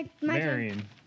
Marion